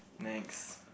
next